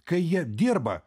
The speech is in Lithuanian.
kai jie dirba